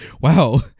wow